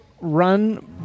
run